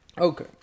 Okay